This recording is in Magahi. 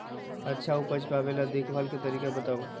अच्छा उपज पावेला देखभाल के तरीका बताऊ?